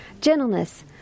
gentleness